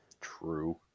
True